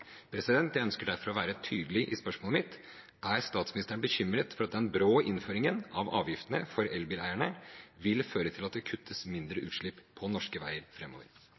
Jeg ønsker derfor å være tydelig i spørsmålet mitt: Er statsministeren bekymret for at den brå innføringen av avgiftene for elbileierne vil føre til mindre kutt i utslipp på norske veier